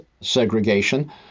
segregation